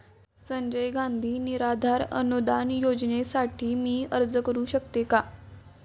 संजय गांधी निराधार अनुदान योजनेसाठी मी अर्ज करू शकते का?